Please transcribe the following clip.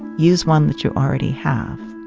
use one that you already have